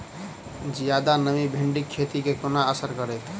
जियादा नमी भिंडीक खेती केँ कोना असर करतै?